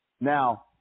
Now